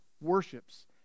worships